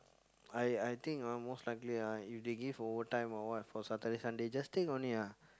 I I think ah most likely ah if they give overtime or what for Saturday and Sunday just take only ah